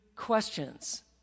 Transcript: questions